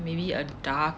maybe a dark